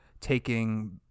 taking